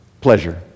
pleasure